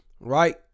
right